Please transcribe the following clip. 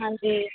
ਹਾਂਜੀ